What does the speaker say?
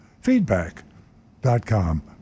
Feedback.com